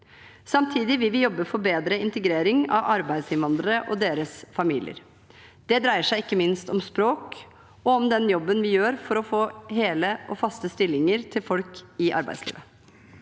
Samtidig vil vi jobbe for bedre integrering av arbeidsinnvandrere og deres familier. Det dreier seg ikke minst om språk, og om den jobben vi gjør for å få hele og faste stillinger til folk i arbeidslivet.